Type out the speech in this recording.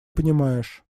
понимаешь